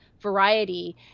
variety